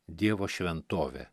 dievo šventovė